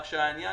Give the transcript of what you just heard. עניין